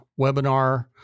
webinar